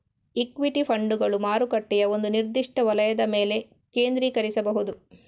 equity ಫಂಡುಗಳು ಮಾರುಕಟ್ಟೆಯ ಒಂದು ನಿರ್ದಿಷ್ಟ ವಲಯದ ಮೇಲೆ ಕೇಂದ್ರೀಕರಿಸಬಹುದು